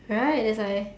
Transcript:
right that's why